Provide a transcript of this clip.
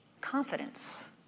Confidence